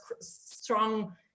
strong